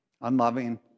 unloving